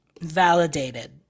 validated